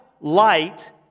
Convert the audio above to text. light